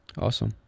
Awesome